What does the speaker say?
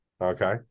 Okay